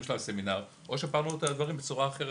של הסמינר או ששיפרנו את הדברים בצורה אחרת,